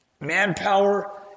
Manpower